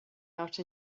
out